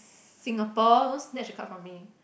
Singapore don't snatch the card from me